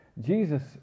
Jesus